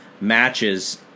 matches